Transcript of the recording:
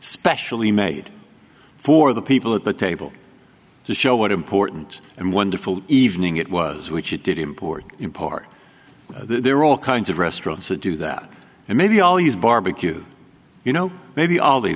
specially made for the people at the table to show what important and wonderful evening it was which it did import in part there are all kinds of restaurants do that and maybe always barbecue you know maybe all the